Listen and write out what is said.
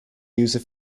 user